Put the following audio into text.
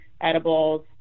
edibles